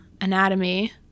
anatomy